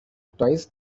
twice